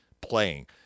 playing